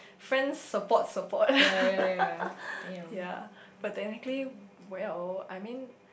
friends support support yea but technically well I mean